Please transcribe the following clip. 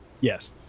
Yes